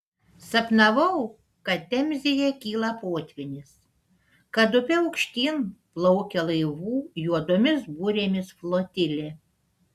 sapnavau kad temzėje kyla potvynis kad upe aukštyn plaukia laivų juodomis burėmis flotilė